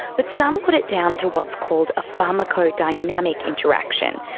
but some put it down to what's called a pharmacodynamic interaction.